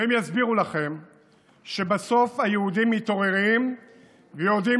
והם יסבירו לכם שבסוף היהודים מתעוררים ויודעים